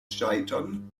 scheitern